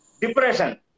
Depression